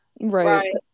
Right